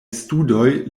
studoj